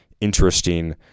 interesting